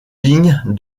lignes